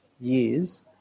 years